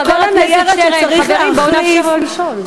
חבר הכנסת שטרן, חברים, בואו נאפשר לה לשאול.